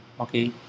Okay